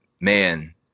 Man